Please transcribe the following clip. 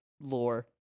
lore